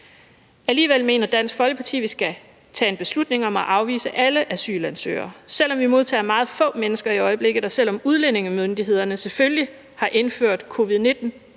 Alligevel mener Dansk Folkeparti, at vi skal tage en beslutning om at afvise alle asylansøgere, selv om vi modtager meget få mennesker i øjeblikket, og selv om udlændingemyndighederne selvfølgelig har indført